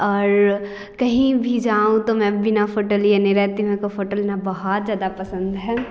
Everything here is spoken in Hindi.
और कहीं भी जाऊँ तो मैं बिना फोटो लिए नहीं रहती हूँ मेरे को फोटो लेना बहुत ज़्यादा पसंद है